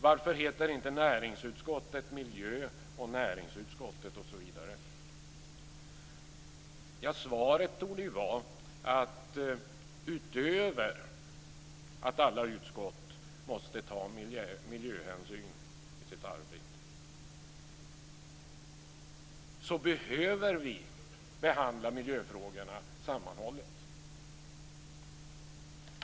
Varför heter inte näringsutskottet miljö och näringsutskottet osv.? Svaret torde vara att utöver att alla utskott måste ta miljöhänsyn i sitt arbete så behöver vi behandla miljöfrågorna sammanhållet.